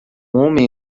homem